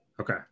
Okay